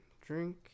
drink